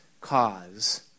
cause